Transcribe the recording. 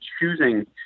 choosing